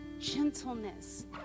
gentleness